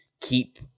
keep